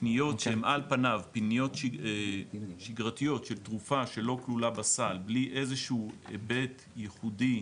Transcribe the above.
שהן על פניו פניות שגרתיות של תרופה שלא כלולה בסל בלי היבט ייחודי